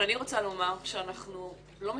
אני רוצה לומר שאנחנו לא מסיימים,